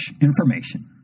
information